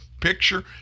picture